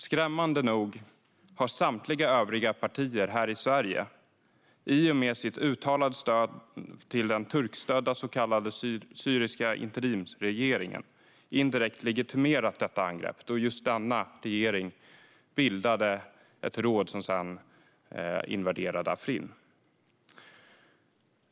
Skrämmande nog har samtliga övriga partier i Sverige i och med sitt uttalade stöd till den turkstödda så kallade interimsregeringen indirekt legitimerat detta angrepp då just denna regering bildade ett råd som sedan invaderade Afrin.